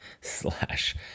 slash